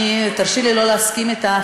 תרשי לי לא להסכים איתך,